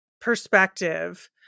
perspective